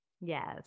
Yes